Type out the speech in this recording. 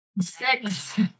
Six